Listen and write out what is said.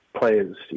players